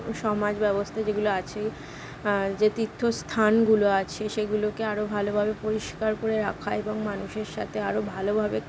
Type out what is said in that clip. সমাজব্যবস্থা যেগুলো আছে যে তীর্থস্থানগুলো আছে সেগুলোকে আরো ভালোভাবে পরিষ্কার করে এবং মানুষের সাথে আরো ভালোভাবে